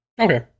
okay